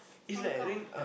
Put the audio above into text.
count count ah